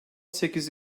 sekiz